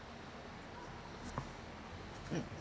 mm